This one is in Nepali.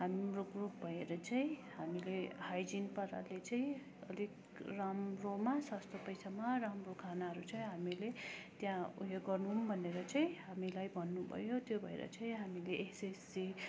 हाम्रो ग्रुप भएर चाहिँ हामीले हाइजिन पाराले चाहिँ अलिक राम्रोमा सस्तो पैसामा राम्रो खानाहरू चाहिँ हामीले त्यहाँ उयो गर्नु भनेर चाहिँ हामीलाई भन्नुभयो त्यो भएर चाहिँ हामीले सेफ्टी